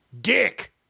dick